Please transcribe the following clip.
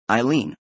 Eileen